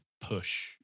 push